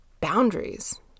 boundaries